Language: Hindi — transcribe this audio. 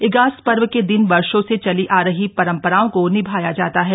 इगास पर्व के दिन वर्षों से चली आ रही परंपराओं को निभाया जाता है